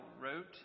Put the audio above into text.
wrote